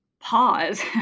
pause